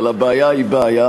אבל הבעיה היא בעיה,